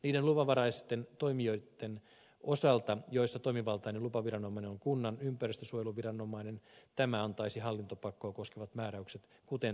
niiden luvanvaraisten toimijoitten osalta joissa toimivaltainen lupaviranomainen on kunnan ympäristönsuojeluviranomainen tämä antaisi hallintopakkoa koskevat määräykset kuten tähänkin asti